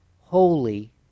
holy